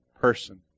person